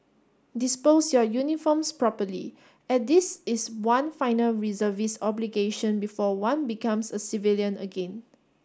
dispose your uniforms properly as this is one final reservist obligation before one becomes a civilian again